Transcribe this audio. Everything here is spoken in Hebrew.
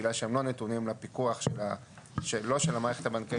בגלל שהם לא נתונים לפיקוח של המערכת הבנקאית.